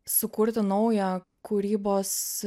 sukurti naują kūrybos